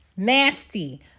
Nasty